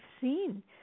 seen